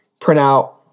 printout